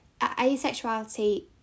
asexuality